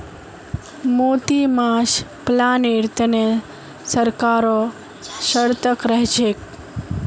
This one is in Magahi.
मोती माछ पालनेर तने सरकारो सतर्क रहछेक